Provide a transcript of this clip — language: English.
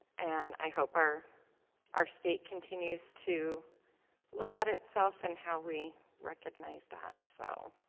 and i hope our our state continues to look at itself and how we recognize that so